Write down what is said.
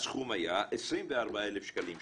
הסכום היה 24,600 שקלים.